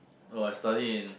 oh I study in